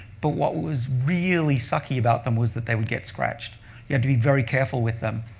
but what was really sucky about them was that they would get scratched. you had to be very careful with them.